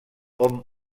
hom